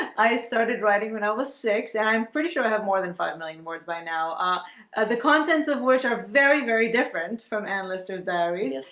i started writing when i was six and i'm pretty sure i have more than five million words by now ah the contents of which are very very different from analyst ters. they're easier um,